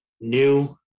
new